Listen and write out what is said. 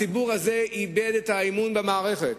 הציבור הזה איבד את האמון במערכת.